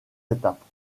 étapes